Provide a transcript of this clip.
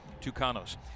Tucano's